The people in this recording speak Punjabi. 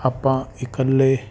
ਆਪਾਂ ਇਕੱਲੇ